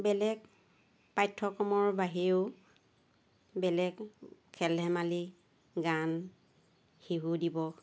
বেলেগ পাঠ্যক্ৰমৰ বাহিৰেও বেলেগ খেল ধেমালি গান শিশু দিৱস